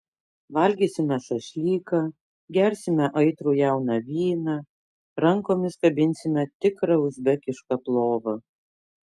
valgysime šašlyką gersime aitrų jauną vyną rankomis kabinsime tikrą uzbekišką plovą